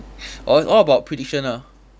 all all about prediction ah